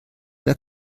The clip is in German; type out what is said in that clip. der